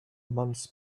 months